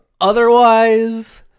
Otherwise